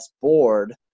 board